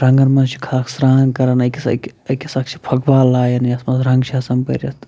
رَنٛگَن منٛز چھِ خاکھ سرٛان کَران أکِس أکِس أکِس اکھ چھِ پھۄکھبال لایَان یَتھ منٛز رَنٛگ چھِ آسان بٔرِتھ